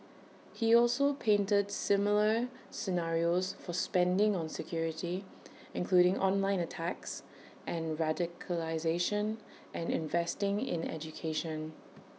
he also painted similar scenarios for spending on security including online attacks and radicalisation and investing in education